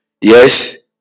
Yes